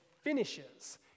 finishes